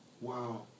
Wow